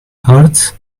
hurts